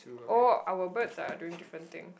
oh our birds are doing different thing